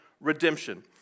redemption